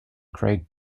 craig